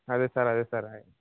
అదే సార్ అదే సార్ అదే